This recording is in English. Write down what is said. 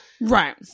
right